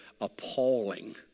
appalling